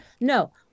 No